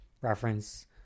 reference